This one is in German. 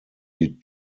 die